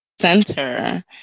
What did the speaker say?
center